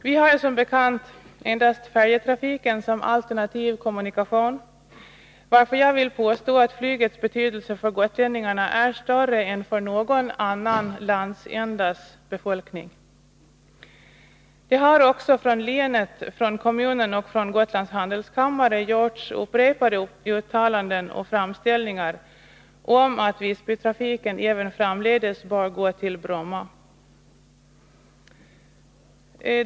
Vi har som bekant endast färjetrafiken som alternativ kommunikation, varför jag vill påstå att flygets betydelse är större för gotlänningarna än för någon annan landsändas befolkning. Det har också från länet, från kommunen och från Gotlands handelskammare gjorts upprepade uttalanden och framställningar om att Visbytrafiken även framdeles skall gå till Bromma.